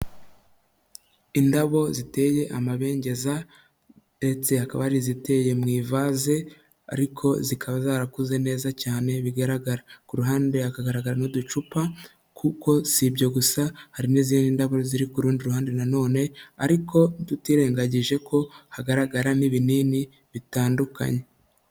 Indabo ziteye amabengeza ndetse hakaba hari iziteye mu ivase ariko zikaba zarakuze neza cyane bigaragara, ku ruhande hakagaragara n'uducupa kuko si ibyo gusa hari n'izindi ndabyo ziri ku rundi ruhande na none ariko tutirengagije ko hagaragara n'ibinini bitandukanye.